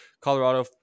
colorado